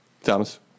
Thomas